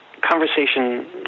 conversation